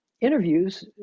interviews